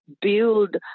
build